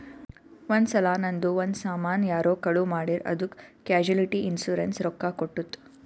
ಒಂದ್ ಸಲಾ ನಂದು ಒಂದ್ ಸಾಮಾನ್ ಯಾರೋ ಕಳು ಮಾಡಿರ್ ಅದ್ದುಕ್ ಕ್ಯಾಶುಲಿಟಿ ಇನ್ಸೂರೆನ್ಸ್ ರೊಕ್ಕಾ ಕೊಟ್ಟುತ್